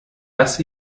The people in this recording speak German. dass